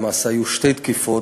למעשה היו שתי תקיפות,